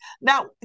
Now